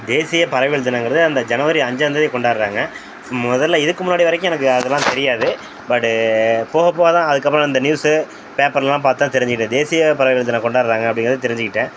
தேசிய பறவைகள் தினங்கிறது அந்த ஜனவரி அஞ்சாந்தேதி கொண்டாடுறாங்க முதல்ல இதுக்கு முன்னாடி வரைக்கும் எனக்கு அதெலாம் தெரியாது பட் போக போக தான் அதுக்கப்புறம் அந்த நியூஸு பேப்பர்லாம் பார்த்துதான் தெரிஞ்சிக்கிட்டேன் தேசிய பறவைகள் தினம் கொண்டாடுறாங்க அப்படிங்கிறது தெரிஞ்சிக்கிட்டேன்